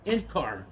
In-Car